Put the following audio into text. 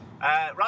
Right